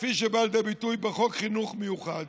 כפי שהיא באה לידי ביטוי בחוק חינוך מיוחד,